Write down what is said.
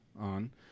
on